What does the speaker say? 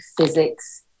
physics